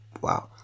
wow